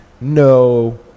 No